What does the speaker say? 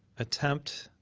attempt